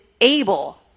able